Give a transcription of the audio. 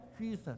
Jesus